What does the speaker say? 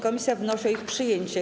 Komisja wnosi o ich przyjęcie.